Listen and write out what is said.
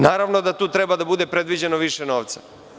Naravno da tu treba da bude predviđeno više novca.